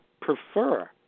prefer